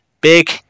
Big